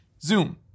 zoom